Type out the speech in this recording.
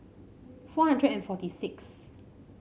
four hundred and forty sixth